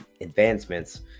advancements